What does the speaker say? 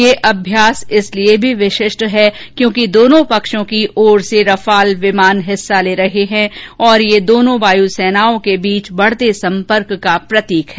यह अभ्यास इसलिए भी विशिष्ट है क्योंकि दोनों पक्षों की ओर से रफाल विमान हिस्सा ले रहे हैं और यह दोनों वायुसेनाओं के बीच बढते सम्पर्क का प्रतीक है